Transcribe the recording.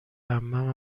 عمم